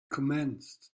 commenced